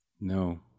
no